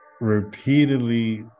repeatedly